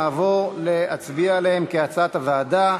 נעבור להצביע עליהם כהצעת הוועדה.